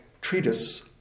treatise